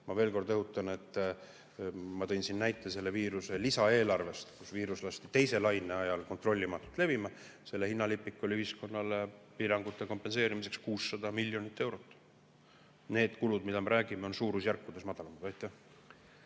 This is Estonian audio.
Ma veel kord rõhutan seda, et ma tõin näite lisaeelarve kohta, kui viirus lasti teise laine ajal kontrollimatult levima. Selle hinnalipik oli ühiskonnale piirangute kompenseerimiseks 600 miljonit eurot. Need kulud, millest me räägime, on suurusjärkudes madalamad.